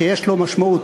שיש לו משמעות,